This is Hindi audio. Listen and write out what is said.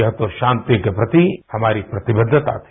यह तो शांति के प्राति हमारी प्रतिबद्दता थी